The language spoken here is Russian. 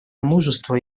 мужество